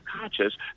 conscious